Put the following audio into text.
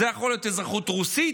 זה יכול להיות אזרחות רוסית,